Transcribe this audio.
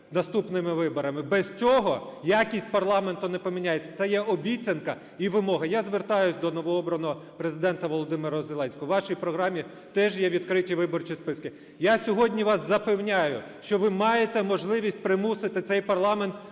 наступними виборами, – без цього якість парламенту не поміняється. Це є обіцянка і вимога. Я звертаюсь до новообраного Президента Володимира Зеленського. У вашій програмі теж є відкриті виборчі списки. Я сьогодні вас запевняю, що ви маєте можливість примусити цей парламент